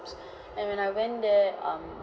and when I went there um